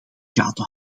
gaten